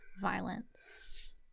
violence